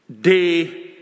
Day